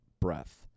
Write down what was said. breath